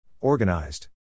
Organized